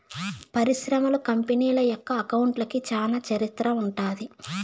పరిశ్రమలు, కంపెనీల యొక్క అకౌంట్లకి చానా చరిత్ర ఉంటది